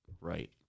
right